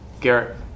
garrett